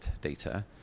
data